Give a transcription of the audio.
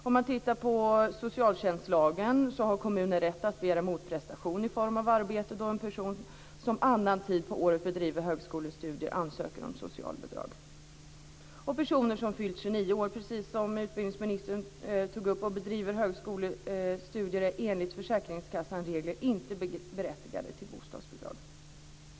Om man tittar på socialtjänstlagen har kommunen rätt att begära motprestation i form av arbete då en person som annan tid på året bedriver högskolestudier ansöker om socialbidrag. Personer som fyllt 29 år och bedriver högskolestudier är, precis som utbildningsministern tog upp, enligt försäkringskassans regler inte berättigade till bostadsbidrag.